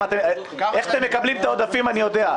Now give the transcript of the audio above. איך אתם מקבלים את העודפים, אני יודע.